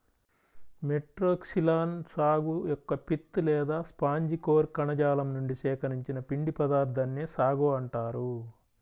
Metroxylon సాగు యొక్క pith లేదా స్పాంజి కోర్ కణజాలం నుండి సేకరించిన పిండి పదార్థాన్నే సాగో అంటారు